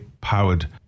powered